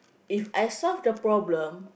If I solve the problem